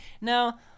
Now